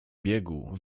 biegu